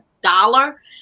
dollar